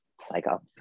psycho